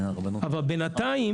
אבל בינתיים,